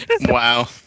Wow